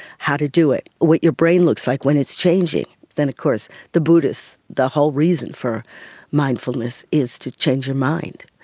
how to do it, what your brain looks like when it's changing. but then of course the buddhists, the whole reason for mindfulness is to change your mind,